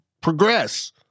progress